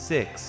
Six